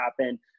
happen